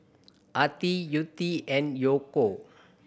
Attie Yvette and Yaakov